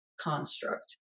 construct